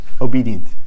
obedient